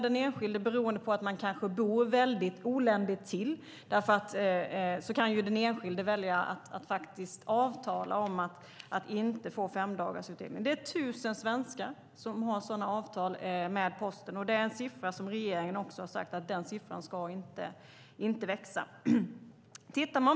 Den enskilde som kanske bor väldigt oländigt till kan avtala med Posten om att inte ha femdagarsutdelning. Det är 1 000 svenskar som har sådana avtal med Posten. Där har regeringen sagt att de inte ska bli fler.